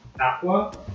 Aqua